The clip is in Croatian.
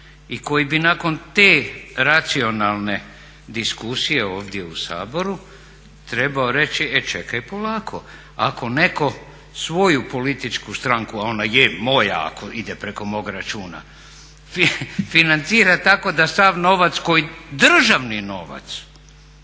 i koji bi nakon te racionalne diskusije ovdje u Saboru trebao reći e čekaj polako, ako netko svoju političku stranku a ona je moja ako ide preko mog računa financira tako da sav novac koji, državni novac,